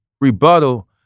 rebuttal